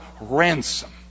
ransom